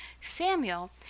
Samuel